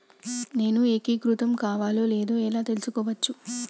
నేను ఏకీకృతం కావాలో లేదో ఎలా తెలుసుకోవచ్చు?